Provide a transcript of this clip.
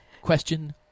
Question